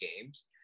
games